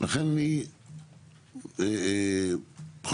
לכן אני אומר עוד פעם,